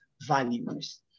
values